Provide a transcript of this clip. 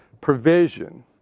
provision